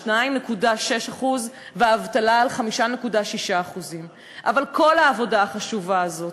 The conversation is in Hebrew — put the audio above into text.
2.6% והאבטלה על 5.6%. אבל כל העבודה החשובה הזאת,